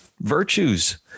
virtues